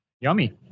Yummy